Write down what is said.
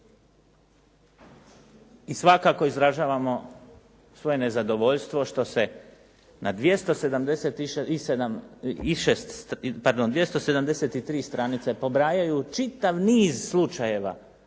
i svakako izražavamo svoje nezadovoljstvo što se na 273 stranice pobrajaju čitav niz slučajeva